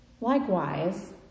Likewise